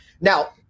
now